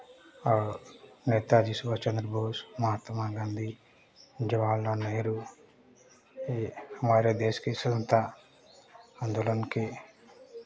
और नेताजी सुभाषचंद्र बोस महात्मा गाँधी जवाहरलाल नेहरू ये हमारे देश के स्वतंत्रता आन्दोलन के